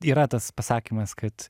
yra tas pasakymas kad